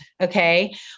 okay